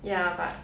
ya but